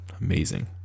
Amazing